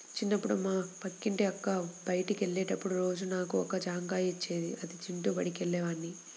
చిన్నప్పుడు మా పక్కింటి అక్క బడికెళ్ళేటప్పుడు రోజూ నాకు ఒక జాంకాయ ఇచ్చేది, అది తింటూ బడికెళ్ళేవాడ్ని